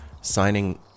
signing